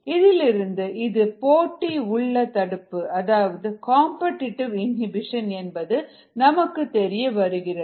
இதிலிருந்து இது போட்டி உள்ள தடுப்பு அதாவது காம்படிடிவு இனிபிஷன் என்பது நமக்குத் தெரிய வருகிறது